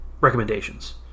recommendations